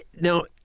Now